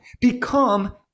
become